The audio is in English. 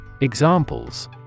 Examples